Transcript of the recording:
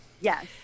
Yes